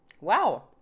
Wow